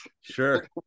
Sure